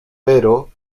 pero